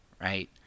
right